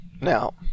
Now